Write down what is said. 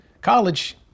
college